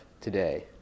today